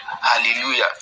hallelujah